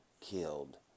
killed